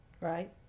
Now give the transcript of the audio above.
right